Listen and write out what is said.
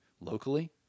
locally